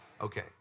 Okay